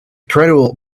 gradual